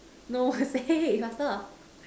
no say faster